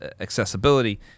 accessibility